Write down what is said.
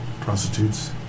prostitutes